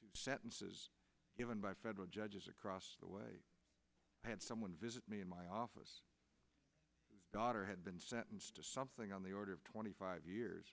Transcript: to sentences given by federal judges across the way had someone visit me in my office daughter had been sentenced to something on the order of twenty five years